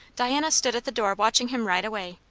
diana stood at the door watching him ride away.